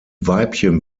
weibchen